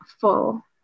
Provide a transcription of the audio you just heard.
full